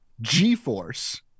G-Force